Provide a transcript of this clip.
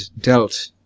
dealt